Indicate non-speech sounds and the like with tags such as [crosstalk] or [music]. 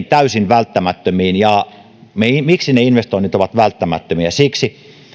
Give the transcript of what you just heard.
[unintelligible] täysin välttämättömiin investointeihin miksi ne investoinnit ovat välttämättömiä siksi